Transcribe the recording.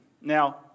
Now